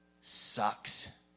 sucks